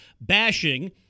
bashing